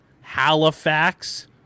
Halifax